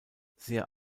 sehr